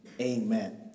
amen